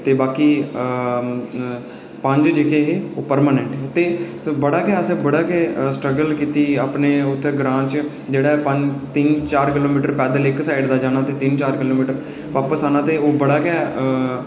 ते असें बड़ा गै सटर्गल कीती अपने ग्रांऽ च जेह्ड़ा त्रै चार किलोमीटर पैद्दल इक साइड दा जाना ते त्रै चार किलोमीटर इक साइड दा बापस औना